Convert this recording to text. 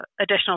additional